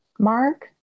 Mark